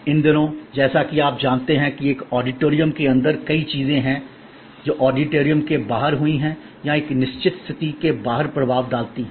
इन दिनों जैसा कि आप जानते हैं एक ऑडिटोरियम के अंदर कई चीजें हैं जो ऑडिटोरियम के बाहर हुई हैं या एक निश्चित स्थिति के बाहर प्रभाव डालती हैं